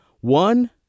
One